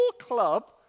club